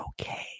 okay